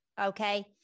Okay